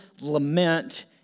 lament